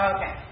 Okay